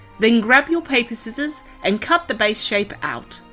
then grab your paper scissors and cut the base shape out.